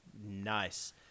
nice